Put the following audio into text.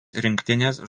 rinktinės